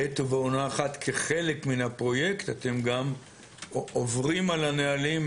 האם כחלק מהפרויקט אתם גם עוברים על הנהלים,